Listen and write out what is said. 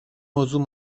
موضوع